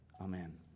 Amen